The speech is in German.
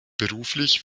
beruflich